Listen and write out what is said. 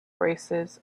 braces